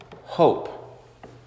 hope